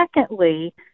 secondly